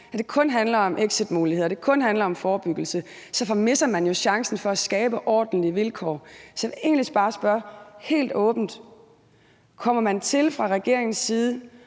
at det kun handler om exitmuligheder, og at det kun handler om forebyggelse, så forpasser man jo chancen for at skabe ordentlige vilkår. Så jeg vil egentlig bare spørge helt åbent: Kommer man fra regeringens side